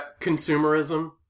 consumerism